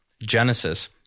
Genesis